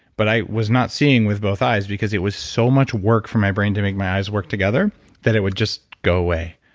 but i was not seeing with both eyes because it was so much work for my brain to make my eyes work together that it would just go away.